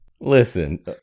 Listen